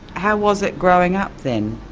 how was it growing up, then?